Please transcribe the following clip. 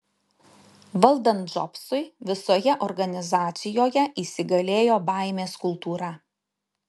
valdant džobsui visoje organizacijoje įsigalėjo baimės kultūra